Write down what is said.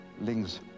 links